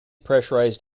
pressurized